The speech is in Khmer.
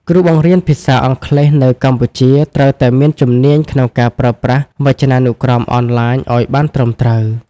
គ្រូបង្រៀនភាសាអង់គ្លេសនៅកម្ពុជាត្រូវតែមានជំនាញក្នុងការប្រើប្រាស់វចនានុក្រមអនឡាញឱ្យបានត្រឹមត្រូវ។